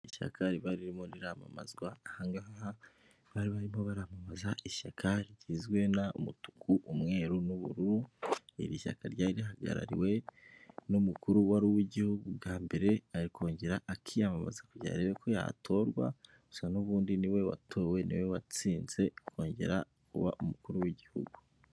Ishyaka riba riririmo riramamazwa aha ngaha bari barimo baramamaza ishyaka rigizwe na mutuku, umweru n'ubururu, iri shyaka ryari rihagarariwe n'umukuru wari uw'igihugu bwa mbere akongera akiyamamaza kugira ngo arebe ko yatorwa gusa n'ubundi niwe watowe niwe watsinze kongera kuba umukuru w'igihugu.